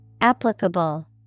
Applicable